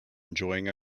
enjoying